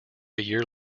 year